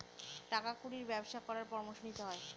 টাকা কুড়ির ব্যবসা করার পরামর্শ নিতে হয়